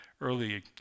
early